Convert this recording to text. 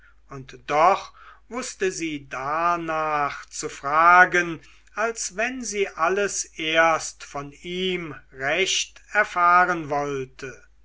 und doch wußte sie darnach zu fragen als wenn sie alles erst von ihm recht erfahren wollte